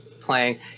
playing